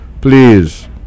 please